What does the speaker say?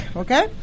okay